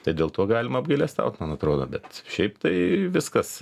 tai dėl to galima apgailestaut man atrodo bet šiaip tai viskas